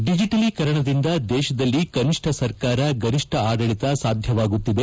ಡಿಜಿಟಲೀಕರಣದಿಂದ ದೇಶದಲ್ಲಿ ಕನಿಷ್ಠ ಸರ್ಕಾರ ಗರಿಷ್ಠ ಆಡಳಿತ ಸಾಧ್ಯವಾಗುತ್ತಿದೆ